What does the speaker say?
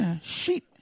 Sheep